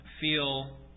feel